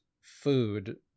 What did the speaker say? food